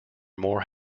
more